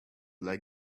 like